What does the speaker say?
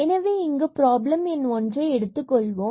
எனவே இங்கு பிராப்ளம் எண் ஒன்றை எடுத்துக் கொள்வோம்